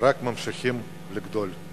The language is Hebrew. רק ממשיכים לגדול.